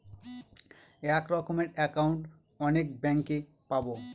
এক রকমের একাউন্ট অনেক ব্যাঙ্কে পাবো